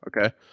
Okay